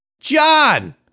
John